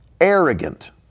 arrogant